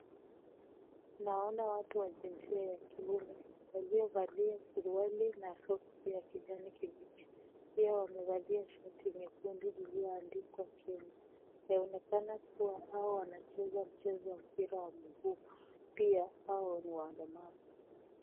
Naona watu wa jinsia ya kiume waliovalia suruali na socks ya kijani kimbichi pia wamevalia shati nyekundu iliyoandikwa Kenya . Yaonekana kuwa hao wanacheza mchezo wa mpira wa mguu pia hao ni walemavu.